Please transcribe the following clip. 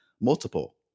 multiple